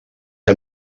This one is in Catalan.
que